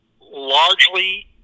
largely